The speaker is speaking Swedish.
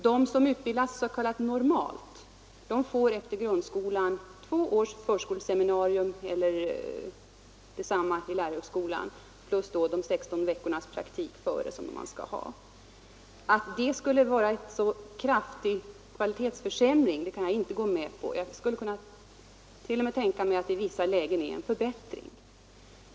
De som utbildas på ”normalt” sätt får efter grundskolan två års förskoleseminarium eller motsvarande utbildning på lärarhögskolan och dessförinnan 16 veckors praktik. Att detta skulle vara en kraftig kvalitetsförsämring kan jag inte hålla med om. Jag kan t.o.m. tänka mig att det i vissa lägen är en förbättring.